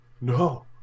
No